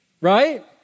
right